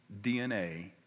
DNA